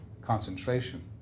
concentration